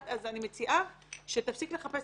אני מציעה שתפסיק לחפש,